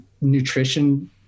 nutrition